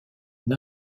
une